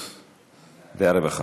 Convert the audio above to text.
מאחור.